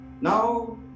now